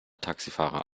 taxifahrer